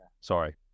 sorry